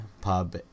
pub